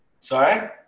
Sorry